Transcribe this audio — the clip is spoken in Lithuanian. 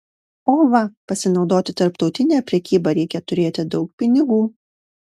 o va pasinaudoti tarptautine prekyba reikia turėti daug pinigų